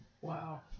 Wow